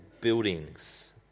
buildings